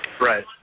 Right